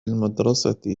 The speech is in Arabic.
المدرسة